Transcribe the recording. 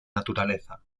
naturaleza